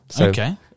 Okay